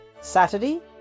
Saturday